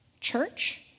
church